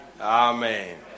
Amen